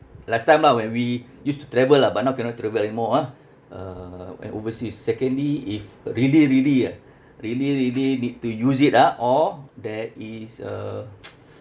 last time lah when we used to travel lah but now cannot travel anymore ah uh when overseas secondly if really really ah really really need to use it ah or there is uh